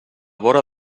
vora